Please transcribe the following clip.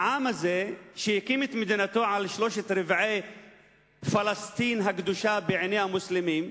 העם הזה שהקים את מדינתו על שלושת רבעי פלסטין הקדושה בעיני המוסלמים,